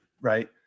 Right